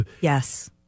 Yes